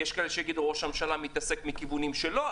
יש כאלה שיגידו ראש הממשלה מתעסק מכיוונים שלו,